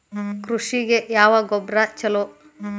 ಕೃಷಿಗ ಯಾವ ಗೊಬ್ರಾ ಛಲೋ?